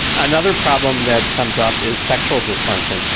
another problem that comes up is sexual dysfunction.